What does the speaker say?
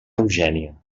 eugènia